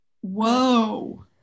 whoa